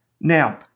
Now